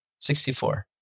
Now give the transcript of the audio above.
64